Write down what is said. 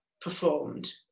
performed